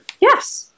Yes